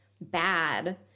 bad